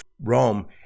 Rome